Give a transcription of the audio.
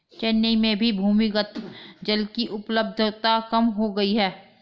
चेन्नई में भी भूमिगत जल की उपलब्धता कम हो गई है